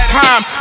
time